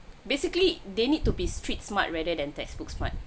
basically they need to be street-smart rather than textbooks smart